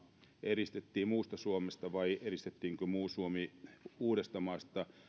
eristettiin muusta suomesta vai eristettiinkö muu suomi uudestamaasta